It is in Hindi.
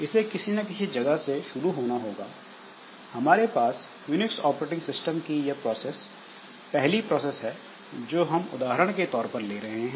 इसे किसी ना किसी जगह से शुरू होना होगा हमारे पास यूनिक्स ऑपरेटिंग सिस्टम की यह प्रोसेस पहली प्रोसेस है जो हम उदाहरण के तौर पर ले रहे हैं